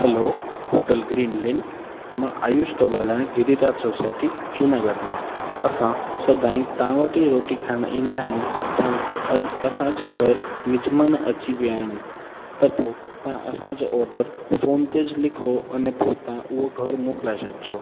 हलो hotel green land मां आयुष थो ॻाल्हायां गिरिराज सोसाईटी जूनागढ़ मां असां सदाईं तव्हां वटि ई रोटी खाइणु ईंदा आहियूं पण अॼु असांजे घर मिजमान अची विया आहिनि त पोइ तव्हां असांजो ऑडर फोन ते च लिखो अने पोइ तव्हां उहो घर मोकिलाए छॾिजो